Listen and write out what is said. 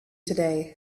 today